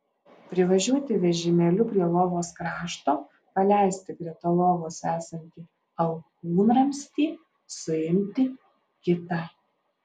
privažiuoti vežimėliu prie lovos krašto paleisti greta lovos esantį alkūnramstį suimti kitą